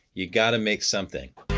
you gotta make somethin